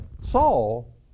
Saul